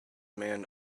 man